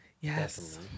Yes